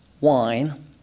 wine